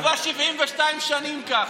וזה כבר 72 שנים ככה.